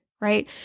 right